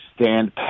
stand